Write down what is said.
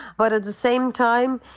but at the same time,